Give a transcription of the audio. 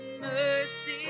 mercy